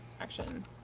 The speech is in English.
action